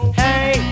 hey